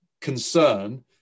concern